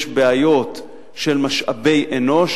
יש בעיות של משאבי אנוש,